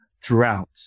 throughout